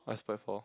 I spoiled four